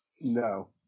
no